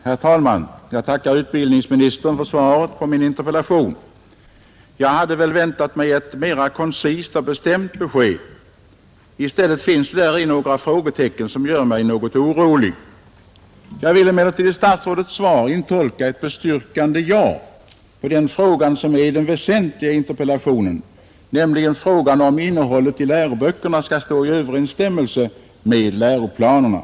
Herr talman! Jag tackar utbildningsministern för svaret på min interpellation, Jag hade väl väntat mig ett mera koncist och bestämt besked. I stället visar svaret en del frågetecken, som gör mig något orolig. Jag vill emellertid i statsrådets svar intolka ett bestyrkande ja på den Nr 101 fråga som är det väsentliga i interpellationen — nämligen frågan om Tisdagen den innehållet i läroböckerna skall stå i överensstämmelse med läroplanerna.